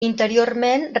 interiorment